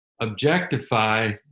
objectify